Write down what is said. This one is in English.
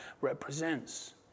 represents